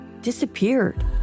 disappeared